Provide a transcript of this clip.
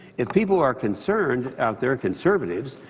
if people are concerned out there, conservatives,